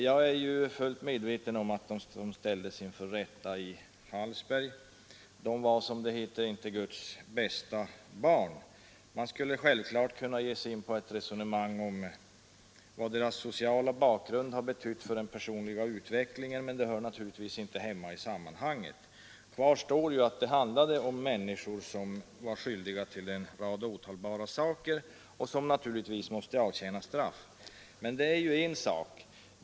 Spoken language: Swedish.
Jag är fullt medveten om att de som nyligen stod inför rätta i Hallsberg inte är, som det heter, Guds bästa barn. Man skulle självfallet kunna ge sig in i ett resonemang om vad deras sociala bakgrund har betytt för deras personliga utveckling, men det hör naturligtvis inte hemma i det här sammanhanget. Kvar står att det handlade om människor som gjort sig skyldiga till en rad åtalbara saker och som naturligtvis måste avtjäna straff. Men det är en sak.